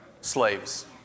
Slaves